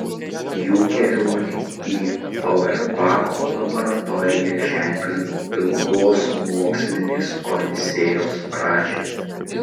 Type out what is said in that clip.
jų kelionė į auerbacho laboratoriją ženklino ilgos mokslinės odisėjos pradžią